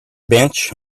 bench